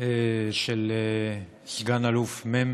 של סגן אלוף מ',